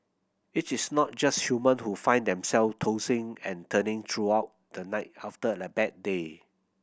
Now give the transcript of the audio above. it is not just human who find them self tossing and turning throughout the night after a bad day